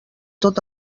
tot